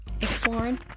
exploring